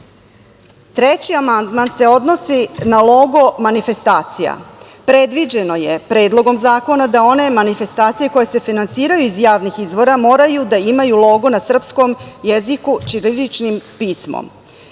pravo. Treći amandman se odnosi na logo manifestacija, predviđeno je predlogom zakona da one manifestacije koje se finansiraju iz javnih izvora moraju da imaju logo na srpskom jeziku ćiriličnim pismom.